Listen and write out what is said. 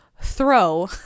throw